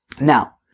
now